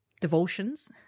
devotions